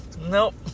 Nope